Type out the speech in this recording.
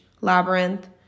Labyrinth